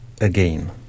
again